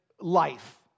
life